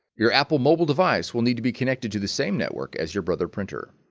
your apple mobile device will need to be connected to the same network as your brother printer